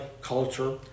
culture